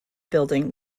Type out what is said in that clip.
building